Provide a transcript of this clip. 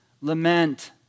Lament